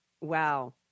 wow